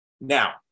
Now